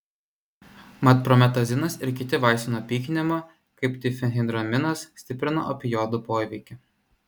mat prometazinas ir kiti vaistai nuo pykinimo kaip difenhidraminas stiprina opioidų poveikį